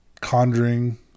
Conjuring